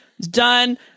done